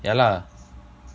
yeah lah